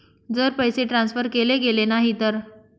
जर पैसे ट्रान्सफर केले गेले नाही तर?